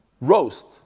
roast